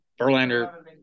Verlander